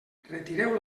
retireu